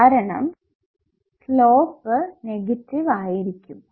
കാരണം slope negative ആയിരിക്കും